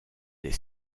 des